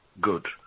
Good